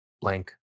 Blank